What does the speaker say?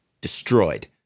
destroyed